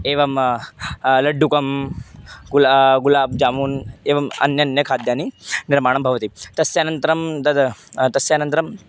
एवं लड्डुकं गुला गुलाब् जामून् एवम् अन्यान्यं खाद्यानि निर्माणं भवति तस्य अनन्तरं तद् तस्य अनन्तरम्